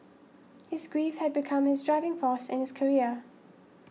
his grief had become his driving force in his career